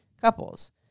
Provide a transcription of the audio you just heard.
couples